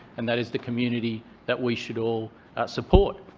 and that is the community that we should all support.